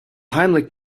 heimlich